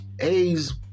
A's